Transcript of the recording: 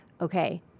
Okay